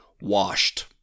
Washed